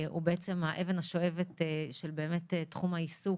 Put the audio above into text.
הוא בעצם האבן השואבת של תחום העיסוק